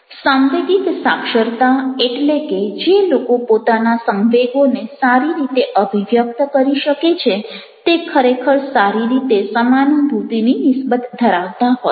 સાંવેગિક સાક્ષરતા એટલે કે જે લોકો પોતાના સંવેગોને સારી રીતે અભિવ્યક્ત કરી શકે છે તે ખરેખર સારી રીતે સમાનુભૂતિની નિસ્બત ધરાવતા હોય છે